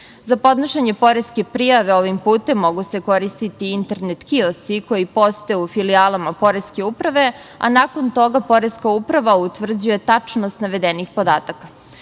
Za podnošenje poreske prijave ovim putem mogu se koristiti internet kiosci koji postoje u filijalama poreske uprave, a nakon toga poreska uprava utvrđuje tačnost navedenih podataka.